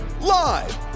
Live